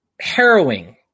harrowing